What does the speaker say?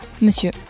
Monsieur